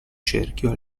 cerchio